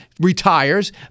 retires